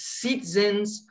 citizens